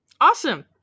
Awesome